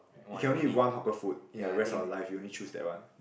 you can only one hawker food in the rest of your life you only choose that one